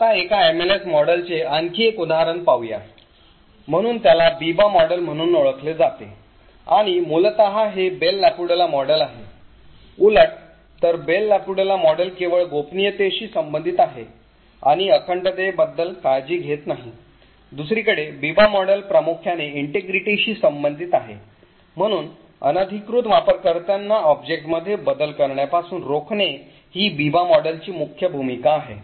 आता एका MLS मॉडेलचे आणखी एक उदाहरण पाहूया म्हणून त्याला बीबा मॉडेल म्हणून ओळखले जाते आणि मूलतः हे बेल लापडुला मॉडेल आहे उलट तर बेल लापाडूला मॉडेल केवळ गोपनीयतेशी संबंधित आहे आणि अखंडतेबद्दल काळजी घेत नाही दुसरीकडे बीबा मॉडेल प्रामुख्याने integrity शी संबंधित आहे म्हणून अनधिकृत वापरकर्त्यांना ऑब्जेक्टमध्ये बदल करण्यापासून रोखणे ही बीबा मॉडेलची मुख्य भूमिका आहे